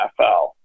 NFL